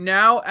now